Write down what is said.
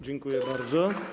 Dziękuję bardzo.